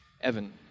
Evan